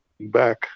back